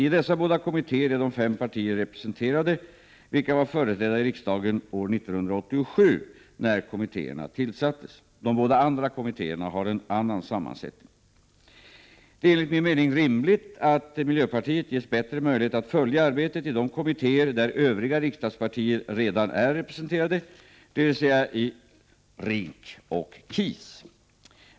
I dessa båda kommittéer är de fem partier representerade vilka var företrädda i riksdagen 1987 när kommittéerna tillsattes. De båda andra kommittéerna har en annan sammansättning. Det är enligt min mening rimligt att miljöpartiet ges bättre möjlighet att följa arbetet i de kommittéer där övriga riksdagspartier redan är representerade, dvs. i RINK och KIS.